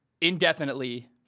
indefinitely